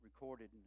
recorded